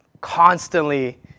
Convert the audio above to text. constantly